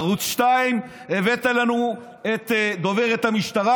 ערוץ 2, הבאת לנו את דוברת המשטרה,